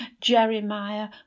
Jeremiah